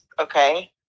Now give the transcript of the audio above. okay